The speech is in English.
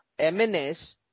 MNS